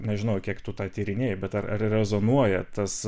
nežinau kiek tu tą tyrinėji bet ar ar rezonuoja tas